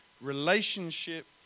relationship